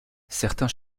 certains